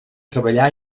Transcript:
treballar